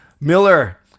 Miller